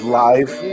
live